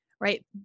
right